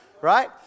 Right